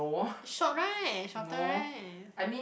it's short right shorter right